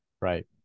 right